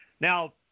Now